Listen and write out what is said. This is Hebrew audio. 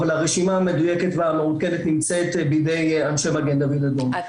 אבל הרשימה המדויקת והמעודכנת נמצאת בידי אנשי מגן דוד אדום.